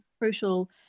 crucial